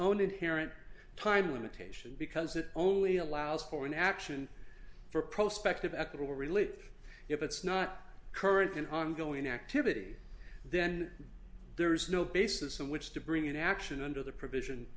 own inherent time limitation because it only allows for an action for prospect of equitable relief if it's not current and ongoing activity then there is no basis in which to bring an action under the pr